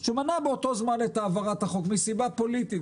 מנע באותו זמן את העברת החוק מסיבה פוליטית.